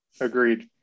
Agreed